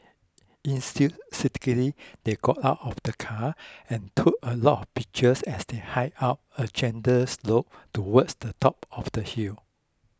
enthusiastically they got out of the car and took a lot of pictures as they hiked up a gentle slope towards the top of the hill